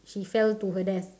she fell to her death